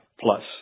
plus